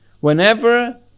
Whenever